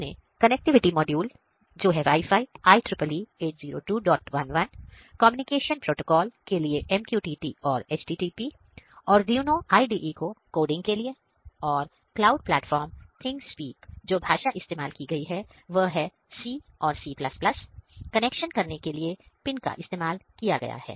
हमने कनेक्टिविटी मॉड्यूलके लिए MQTT और HTTP Arduino IDE को कोडिंग के लिए और क्लाउड प्लेटफॉर्म थिंगस्पीक और जो भाषा इस्तेमाल की गई है वह है C और C कनेक्शन पिंन करने के लिए इस्तेमाल किया गया है